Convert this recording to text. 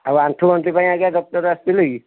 ଆଉ ଆଣ୍ଠୁ ଗଣ୍ଠି ପାଇଁ ଆଜ୍ଞା ଡକ୍ଟର୍ ଆସିଥିଲେ କି